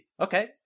Okay